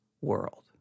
world